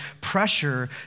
pressure